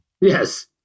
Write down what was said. Yes